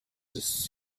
these